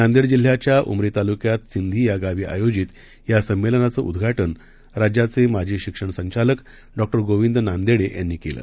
नांदेडजिल्ह्याच्याउमरीतालुक्यातसिंधीयागावीआयोजितयासंमेलनाचंउद्घाटनराज्याचेमाजीशिक्षणसंचालकडॉगोविदनांदेडेयांनीकेलं